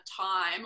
time